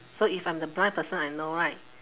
so if I'm the blind person I know right